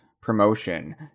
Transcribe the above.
promotion